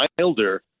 milder